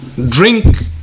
Drink